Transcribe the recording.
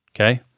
okay